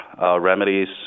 remedies